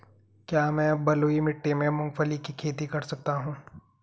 क्या मैं बलुई मिट्टी में मूंगफली की खेती कर सकता हूँ?